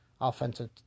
offensive